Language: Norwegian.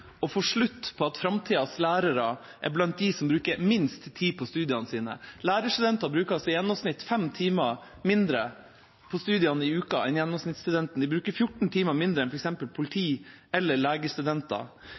å få slutt på at framtidas lærere er blant dem som bruker minst tid på studiene sine. Lærerstudentene bruker i gjennomsnitt fem timer mindre på studiene i uka enn gjennomsnittsstudenten, og de bruker 14 timer mindre enn